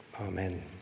Amen